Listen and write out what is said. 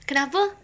kenapa